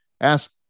ask